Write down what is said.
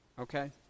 okay